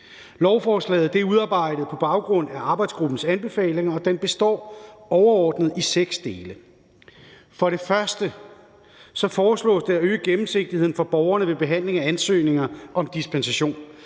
Lovforslaget er udarbejdet på baggrund af arbejdsgruppens anbefalinger, og de består overordnet af seks dele. For det første foreslås det at øge gennemsigtigheden for borgerne ved behandlingen af ansøgninger om dispensation.